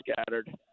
scattered